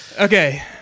Okay